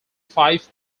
five